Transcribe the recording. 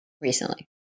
recently